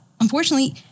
unfortunately